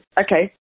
Okay